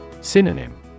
Synonym